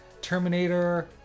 Terminator